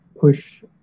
push